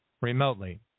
remotely